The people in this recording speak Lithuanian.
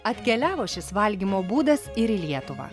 atkeliavo šis valgymo būdas ir į lietuvą